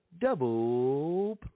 Double